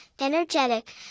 energetic